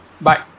Bye